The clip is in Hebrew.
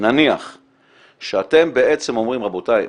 נניח שאתם בעצם אומרים: רבותיי,